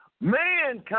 Mankind